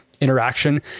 interaction